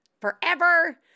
forever